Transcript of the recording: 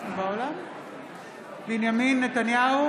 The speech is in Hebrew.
בעד יואב סגלוביץ'